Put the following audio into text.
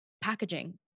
packaging